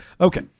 Okay